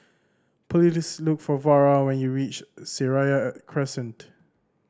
please look for Vara when you reach Seraya Crescent